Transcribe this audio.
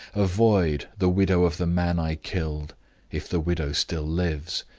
avoid the widow of the man i killed if the widow still lives.